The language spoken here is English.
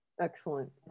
excellent